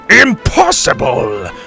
Impossible